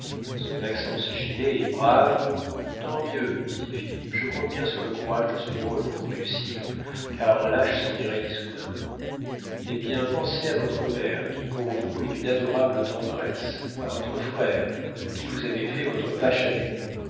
ce maxence gilet est brave tant mieux dit philippe je compte bien sur le courage de ce drôle pour réussir car un lâche s'en irait d'issoudun hé bien pensez à votre mère qui pour vous est d'une adorable tendresse à votre frère de qui vous avez fait votre vache